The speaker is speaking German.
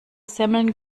semmeln